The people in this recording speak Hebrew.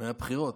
זה מהבחירות.